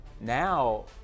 Now